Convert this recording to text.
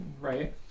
right